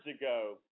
ago